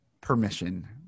permission